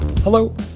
hello